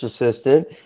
assistant